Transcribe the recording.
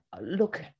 look